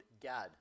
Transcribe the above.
gad